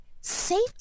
safety